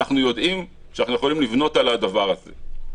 אנחנו יודעים שאנחנו יכולים לבנות על הדבר הזה.